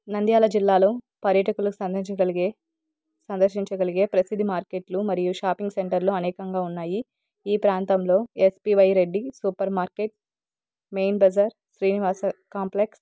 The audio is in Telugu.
నంద్యాల జిల్లాలో పర్యాటకులకు సందించగలిగే సందర్శించగలిగే ప్రసిద్ధి మార్కెట్లు మరియు షాపింగ్ సెంటర్లు అనేకంగా ఉన్నాయి ఈ ప్రాంతంలో SPY Reddy super market main Bazar Srinivasa complex